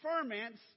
ferments